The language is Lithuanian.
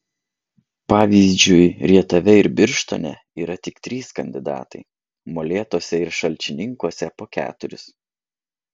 pavyzdžiui rietave ir birštone yra tik trys kandidatai molėtuose ir šalčininkuose po keturis